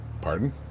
pardon